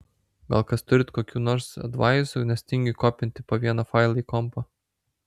gal kas turit kokių nors advaizų nes tingiu kopinti po vieną failą į kompą